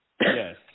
Yes